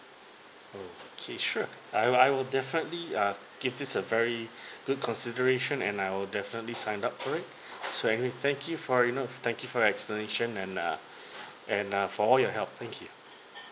okay sure I I will definitely uh give this a very good consideration and I'll definitely sign up for it so thank you for you know thank you for your explanation and err and uh for all your help thank you